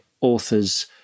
authors